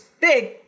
big